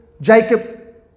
Jacob